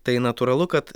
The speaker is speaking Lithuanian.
tai natūralu kad